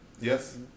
Yes